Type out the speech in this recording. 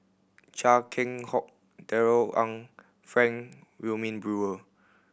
Chia Keng Hock Darrell Ang Frank Wilmin Brewer